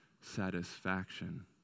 satisfaction